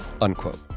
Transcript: Unquote